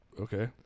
Okay